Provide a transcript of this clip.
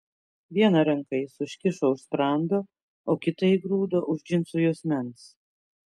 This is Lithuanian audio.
vieną ranką jis užsikišo už sprando o kitą įgrūdo už džinsų juosmens